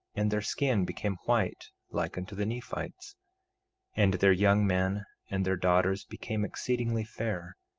and their skin became white like unto the nephites and their young men and their daughters became exceedingly fair,